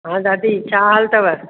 हा दादी छा हालु अथव